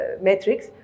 metrics